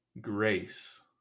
grace